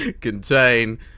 contain